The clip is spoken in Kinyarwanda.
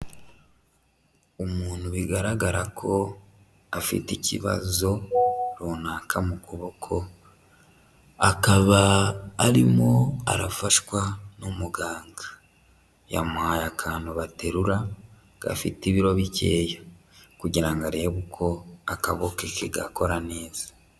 Umuntu bigaragara ko afite ikibazo runaka mu kuboko, akaba arimo arafashwa n'umuganga, yamuhaye akantu baterura gafite ibiro bikeya kugira ngo arebe uko akaboko ke gakora neza.